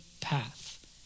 path